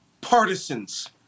partisans